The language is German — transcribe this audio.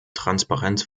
transparent